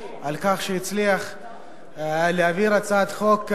על כך שהצליח להעביר הצעת חוק,